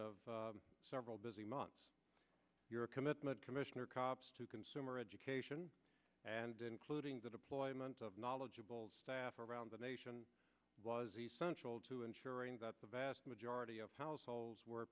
of several busy months your commitment commissioner cops to consumer education and including the deployment of knowledgeable staff around the nation was essential to ensuring that the vast majority of households were